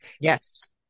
Yes